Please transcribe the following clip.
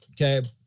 Okay